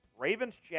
RAVENSCHAT